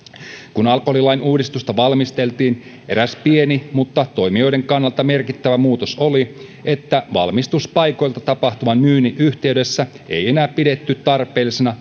kun alkoholilain uudistusta valmisteltiin eräs pieni mutta toimijoiden kannalta merkittävä muutos oli että valmistuspaikoilta tapahtuvan myynnin yhteydessä ei enää pidetty tarpeellisena